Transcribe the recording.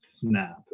snap